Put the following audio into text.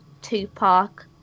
Tupac